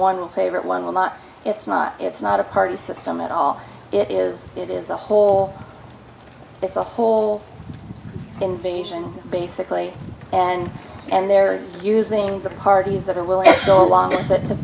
one favorite one will not it's not it's not a party system at all it is it is a whole it's a whole invasion basically and and they're using the parties that are willing to go along